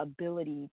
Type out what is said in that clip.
ability